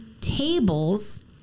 tables